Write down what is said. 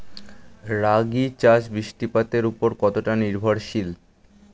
রাগী চাষ বৃষ্টিপাতের ওপর কতটা নির্ভরশীল?